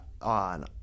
on